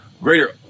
greater